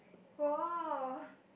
!wow!